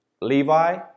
Levi